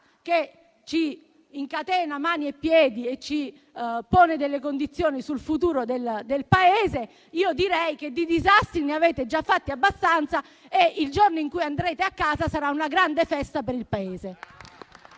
che ci incatena mani e piedi e pone delle condizioni sul futuro del Paese: direi che di disastri ne avete già fatti abbastanza e il giorno in cui andrete a casa sarà una grande festa per il Paese.